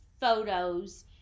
photos